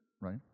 right